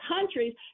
countries